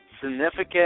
significant